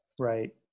Right